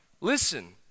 Listen